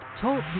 Talk